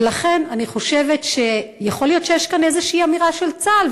ולכן אני חושבת שיכול להיות שיש כאן איזושהי אמירה של צה"ל,